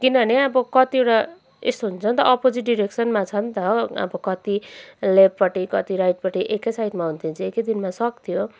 किनभने अब कतिवटा यस्तो हुन्छ नि त अपोजिट डिरेक्सनमा छ नि त हो कति लेफ्टपट्टि कति राइटपट्टि एकै साइड हुने थियो चाहिँ एकैदिनमा सक्थ्यो